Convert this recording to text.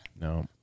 No